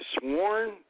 sworn